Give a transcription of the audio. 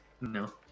no